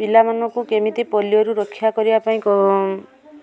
ପିଲାମାନଙ୍କୁ କେମିତି ପୋଲିଓରୁ ରକ୍ଷା କରିବା ପାଇଁ କଅ